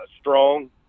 strong